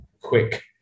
quick